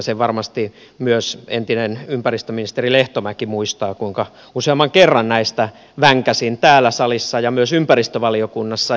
sen varmasti myös entinen ympäristöministeri lehtomäki muistaa kuinka useamman kerran näistä vänkäsin täällä salissa ja myös ympäristövaliokunnassa